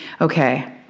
Okay